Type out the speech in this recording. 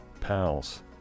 pals